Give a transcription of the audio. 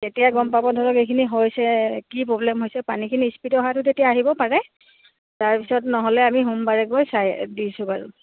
তেতিয়া গম পাব ধৰক এইখিনি হৈছে কি প্ৰব্লেম হৈছে পানীখিনি স্পীড অহাটো তেতিয়া আহিব পাৰে তাৰপিছত নহ'লে আমি সোমবাৰে গৈ চাই দিছোঁ বাৰু